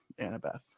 Annabeth